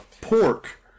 pork